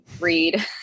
read